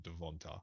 Devonta